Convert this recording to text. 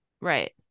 Right